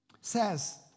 says